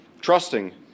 trusting